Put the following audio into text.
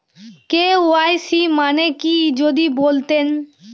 KYC মানে কি যদি বলতেন?